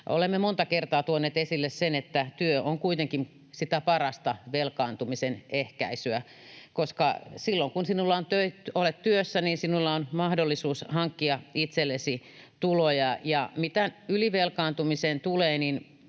olemme monta kertaa tuoneet esille sen, että työ on kuitenkin sitä parasta velkaantumisen ehkäisyä, koska silloin kun olet työssä, sinulla on mahdollisuus hankkia itsellesi tuloja. Mitä ylivelkaantumiseen tulee,